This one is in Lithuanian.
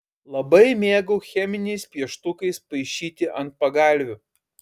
labai mėgau cheminiais pieštukais paišyti ant pagalvių